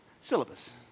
Syllabus